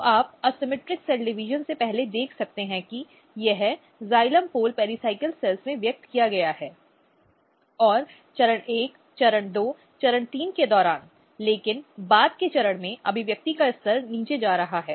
तो आप असममित सेल डिवीजन से पहले देख सकते हैं कि यह जाइलम पोल पेराइक्लास कोशिकाओं में व्यक्त किया गया है और चरण 1 चरण 2 चरण 3 के दौरान लेकिन बाद के चरण में अभिव्यक्ति का स्तर नीचे जा रहा है